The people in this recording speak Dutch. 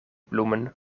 bloemen